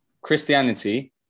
Christianity